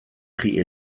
chi